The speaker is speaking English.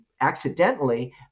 accidentally